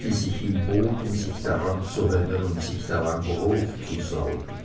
die sich ihm bot um sich daran zu hängen und sich daran großzusaugen